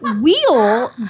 wheel